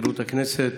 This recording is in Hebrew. מזכירות הכנסת,